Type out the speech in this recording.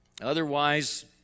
Otherwise